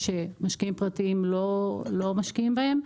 שמשקיעים פרטיים לא משקיעים בהם,